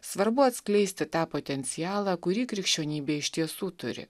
svarbu atskleisti tą potencialą kurį krikščionybė iš tiesų turi